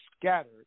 scattered